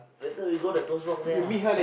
later we go the toast-box there ah